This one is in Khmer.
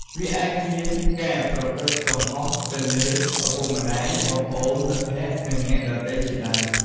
វាអាចជាការប្រព្រឹត្តកំហុសទៅលើឪពុកម្ដាយ បងប្អូន មិត្តភក្តិ និងអ្នកដទៃជាដើម។